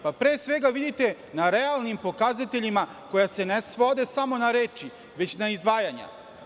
Pre svega vidite na realnim pokazateljima koji se ne svode samo na reči, već na izdvajanja.